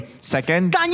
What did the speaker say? Second